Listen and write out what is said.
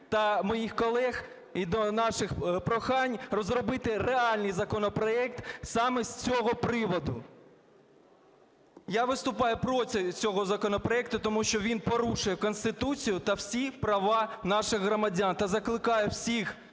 та моїх колег і до наших прохань розробити реальний законопроект саме з цього приводу. І виступаю проти цього законопроекту, тому що він порушує Конституцію та всі права наших громадян, та закликаю всіх